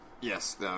Yes